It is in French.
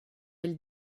elles